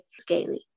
Scaly